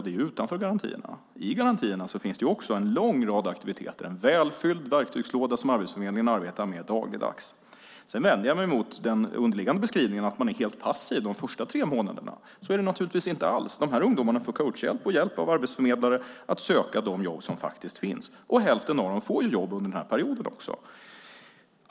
Det är utanför garantierna. I garantierna finns det också en lång rad aktiviteter. Det är en välfylld verktygslåda som Arbetsförmedlingen arbetar med dagligdags. Jag vänder mig mot den underliggande beskrivningen att man är helt passiv de första tre månaderna. Så är det naturligtvis inte alls. De här ungdomarna får coach-hjälp och hjälp av arbetsförmedlare att söka de jobb som finns. Hälften av dem får också jobb under den här perioden.